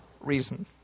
reason